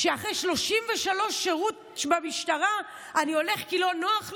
אחרי 33 שנות שירות במשטרה אני הולך כי לא נוח לי?